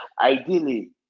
ideally